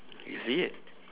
is it